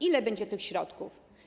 Ile będzie tych środków?